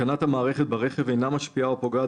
התקנת המערכת ברכב אינה משפיעה או פוגעת